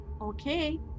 Okay